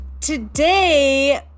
today